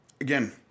again